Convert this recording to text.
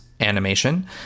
animation